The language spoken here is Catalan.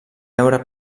deure